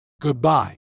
Goodbye